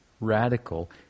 radical